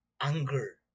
anger